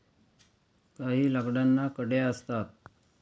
काही लाकडांना कड्या असतात